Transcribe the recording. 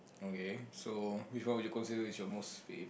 okay so which one would consider is your most famous